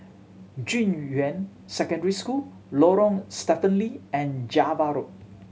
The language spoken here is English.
Junyuan Secondary School Lorong Stephen Lee and Java Road